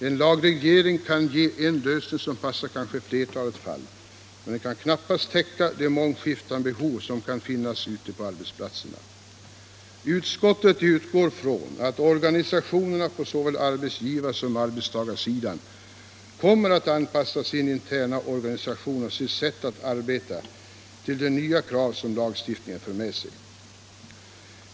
En lagreglering kan ge en lösning som passar kanske flertalet fall, men den kan knappast täcka de mångskiftande behov som kan finnas ute på arbetsplatserna. Utskottet utgår från att organisationerna på såväl arbetsgivarsom arbetstagarsidan kommer att anpassa sin interna organisation och sitt sätt att arbeta till de nya krav som lagstiftningen för med sig.